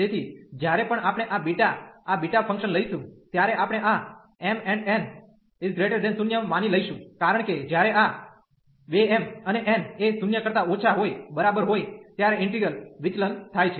તેથી જ્યારે પણ આપણે આ બીટા આ બીટા ફંકશન લઈશું ત્યારે આપણે આ mn0 માની લઈશું કારણ કે જ્યારે આ 2 m અને n એ 0 કરતા ઓછા હોય બરાબર હોઈ ત્યારે ઈન્ટિગ્રલ વિચલન થાય છે